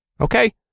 Okay